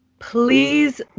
please